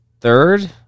third